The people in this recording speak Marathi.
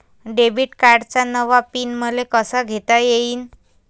डेबिट कार्डचा नवा पिन मले कसा घेता येईन?